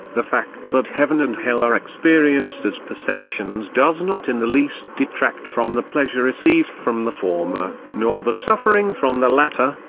the fact that heaven and hell are experienced as perceptions does not in the least detract from the pleasure received from the former, nor the suffering from the latter.